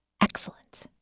Excellent